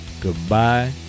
goodbye